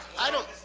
i don't